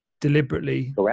deliberately